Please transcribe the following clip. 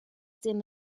den